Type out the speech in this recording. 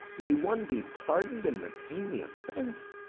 may one be pardon'd and retain the offence?